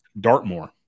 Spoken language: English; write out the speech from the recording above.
Dartmoor